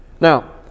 Now